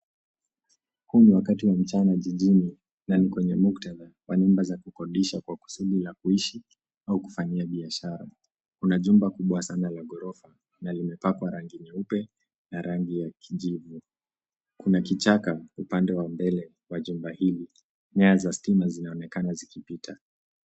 Huu ni wakati wa mchana jijini, na ni kwenye muktadha wa nyumba za kukodisha kwa kusudi la kuishi au kufanyia biashara. Kuna jumba kubwa sana la ghorofa, na limepakwa rangi nyeupe na rangi ya kijivu. Kuna kichaka upande wa mbele wa jumba hili. Nyaya za stima zinaonekana zikipita.